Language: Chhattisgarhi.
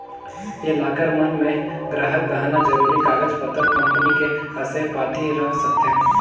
ये लॉकर मन मे गराहक गहना, जरूरी कागज पतर, कंपनी के असे पाती रख सकथें